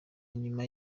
nyuma